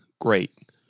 great